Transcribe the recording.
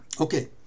Okay